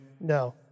No